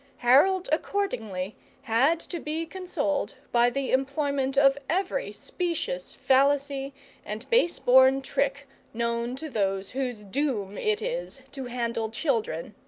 harold accordingly had to be consoled by the employment of every specious fallacy and base-born trick known to those whose doom it is to handle children.